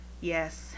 Yes